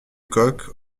kock